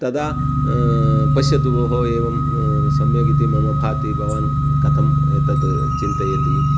तदा पश्यतु भोः एवं सम्यगिति मम भाति भवान् कथम् एतद् चिन्तयति